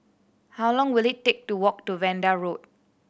how long will it take to walk to Vanda Road